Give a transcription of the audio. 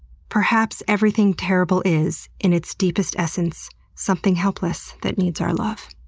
perhaps everything terrible is, in its deepest essence, something helpless that needs our love.